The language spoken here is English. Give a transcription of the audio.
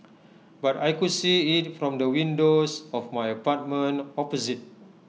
but I could see IT from the windows of my apartment opposite